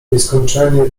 nieskończenie